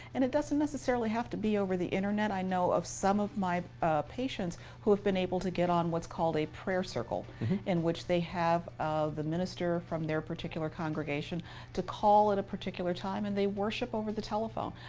and it doesn't necessarily have to be over the internet. i know of some of my patients who have been able to get on what's called a prayer circle in which they have of the minister from their particular congregation to call at a particular time. and they worship over the telephone.